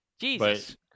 Jesus